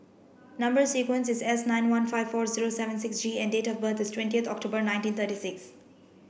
number sequence is S nine one five four zero seven six G and date of birth is twentieth October nineteen thirty six